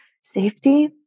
safety